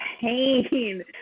pain